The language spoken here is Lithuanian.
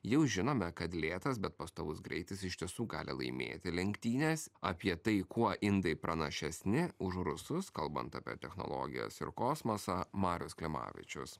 jau žinome kad lėtas bet pastovus greitis iš tiesų gali laimėti lenktynes apie tai kuo indai pranašesni už rusus kalbant apie technologijas ir kosmosą marius klimavičius